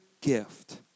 gift